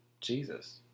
Jesus